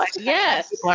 Yes